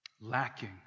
lacking